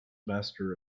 master